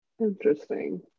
Interesting